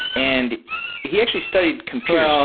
and he actually studied computers